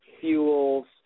fuels